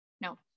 No